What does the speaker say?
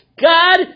God